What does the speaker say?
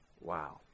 Wow